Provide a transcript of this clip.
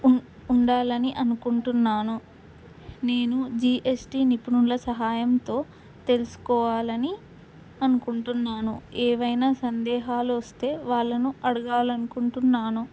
ఉ ఉండాలని అనుకుంటున్నాను నేను జిఎస్టి నిపుణుల సహాయంతో తెలుసుకోవాలని అనుకుంటున్నాను ఏమైనా సందేహాలు వస్తే వాళ్ళను అడగాాలనుకుంటున్నాను